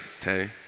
Tay